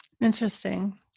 Interesting